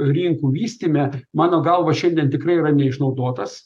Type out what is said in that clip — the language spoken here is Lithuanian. rinkų vystyme mano galva šiandien tikrai yra neišnaudotas